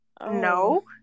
no